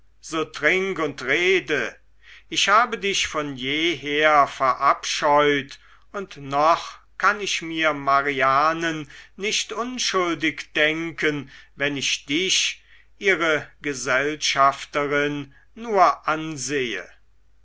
so trink und rede ich habe dich von jeher verabscheut und noch kann ich mir marianen nicht unschuldig denken wenn ich dich ihre gesellschafterin nur ansehe